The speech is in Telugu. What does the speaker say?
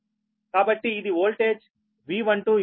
కాబట్టి ఇది వోల్టేజ్ V12 ఇంటిగ్రేషన్ D1 నుంచి D2